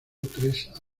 tres